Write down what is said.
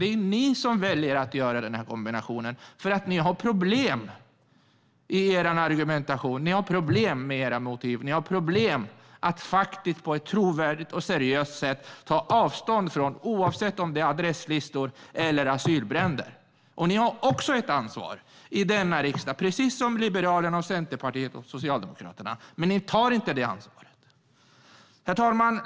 Det är ni sverigedemokrater, Martin Kinnunen, som väljer den kombinationen för att ni har problem med er argumentation, ni har problem med era motiv och ni har problem med att på ett trovärdigt och seriöst sätt ta avstånd, oavsett om det är adresslistor eller asylbränder. Ni har också ett ansvar i denna riksdag, precis som Liberalerna, Centerpartiet och Socialdemokraterna, men ni tar inte det ansvaret. Herr talman!